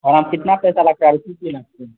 ओकरामे केतना पैसा लागतै आओर की की लागतै